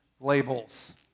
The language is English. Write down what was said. labels